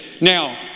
Now